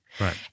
Right